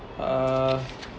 uh